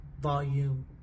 volume